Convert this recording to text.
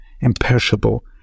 imperishable